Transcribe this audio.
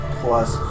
plus